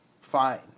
Fine